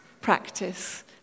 practice